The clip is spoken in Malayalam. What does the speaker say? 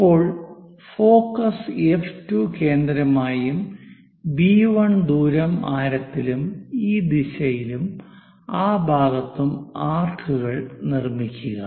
ഇപ്പോൾ ഫോക്കസ് എഫ് 2 കേന്ദ്രമായും ബി 1 ദൂരം ആരത്തിലും ഈ ദിശയിലും ആ ഭാഗത്തും ആർക്കുകൾ നിർമ്മിക്കുക